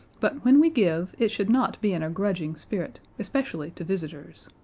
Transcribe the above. but, when we give, it should not be in a grudging spirit, especially to visitors.